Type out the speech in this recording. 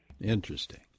Interesting